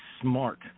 smart